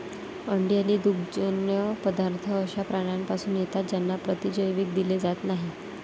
अंडी आणि दुग्धजन्य पदार्थ अशा प्राण्यांपासून येतात ज्यांना प्रतिजैविक दिले जात नाहीत